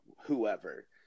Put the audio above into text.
whoever